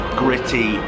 gritty